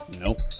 Nope